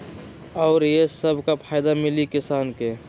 और ये से का फायदा मिली किसान के?